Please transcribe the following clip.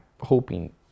hoping